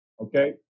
Okay